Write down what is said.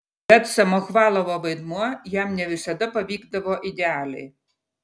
bet samochvalovo vaidmuo jam ne visada pavykdavo idealiai